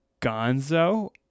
Gonzo